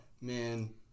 Man